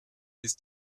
ist